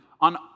on